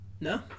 No